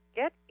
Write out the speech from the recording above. get